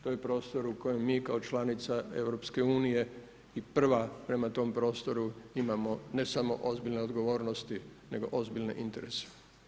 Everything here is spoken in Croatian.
To je prostor u kojem mi kao članica EU i prva prema tom prostoru imamo ne samo ozbiljne odgovornosti nego ozbiljne interese.